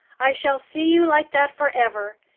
i shall see you like that for ever,